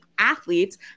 Athletes